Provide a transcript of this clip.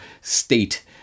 state